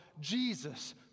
Jesus